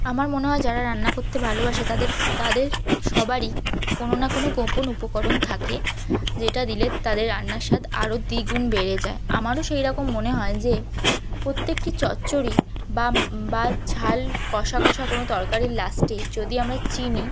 আমার মনে হয় যারা রান্না করতে ভালোবাসে তাদের তাদের সবারই কোনও না কোনও গোপন উপকরণ থাকে যেটা দিলে তাদের রান্নার স্বাদ আরও দ্বিগুণ বেড়ে যায় আমারও সেইরকম মনে হয় যে প্রত্যেকটি চচ্চড়ি বা বা ঝাল কষা কষা কোনও তরকারির লাস্টে যদি আমরা চিনি